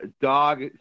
dog